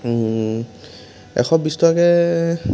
এশ বিছ টকাকৈ